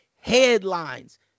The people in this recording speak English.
Headlines